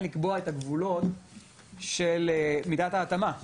לקבוע את הגבולות של מידת ההתאמה והגמישות,